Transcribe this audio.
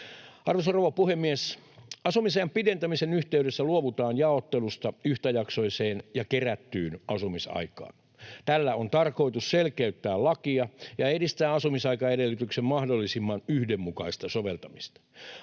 Arvoisa rouva puhemies! Asumisajan pidentämisen yhteydessä luovutaan jaottelusta yhtäjaksoiseen ja kerättyyn asumisaikaan. Tällä on tarkoitus selkeyttää lakia ja edistää asumisaikaedellytyksen mahdollisimman yhdenmukaista soveltamista.